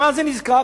מה זה "נזקק"?